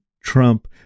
Trump